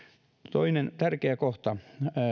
toinen tärkeä kohta